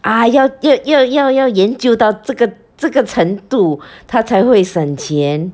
ah 要要要要要研究到这个这个程度它才会省钱